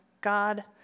God